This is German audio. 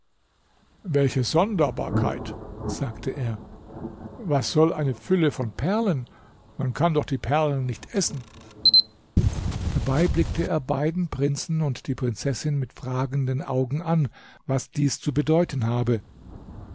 welche sonderbarkeit sagte er was soll eine fülle von perlen man kann doch die perlen nicht essen dabei blickte er die beiden prinzen und die prinzessin mit fragenden augen an was dies zu bedeuten habe